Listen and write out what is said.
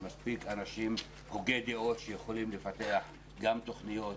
מספיק הוגי דעות שיכולים לפתח גם תוכניות